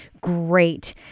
great